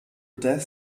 death